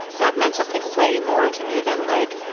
that meant something way more to me than like,